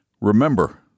remember